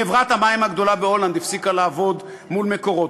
חברת המים הגדולה בהולנד הפסיקה לעבוד מול "מקורות".